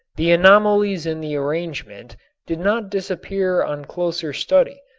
the anomalies in the arrangement did not disappear on closer study,